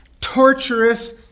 torturous